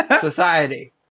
Society